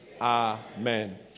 Amen